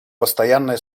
постоянное